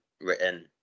written